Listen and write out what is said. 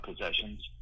possessions